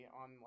on